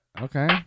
Okay